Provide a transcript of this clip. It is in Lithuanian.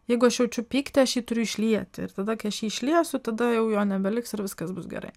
jeigu aš jaučiu pyktį aš jį turiu išlieti ir tada kai aš jį išliesiu tada jau jo nebeliks ir viskas bus gerai